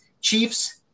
Chiefs